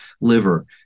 liver